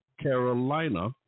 Carolina